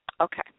Okay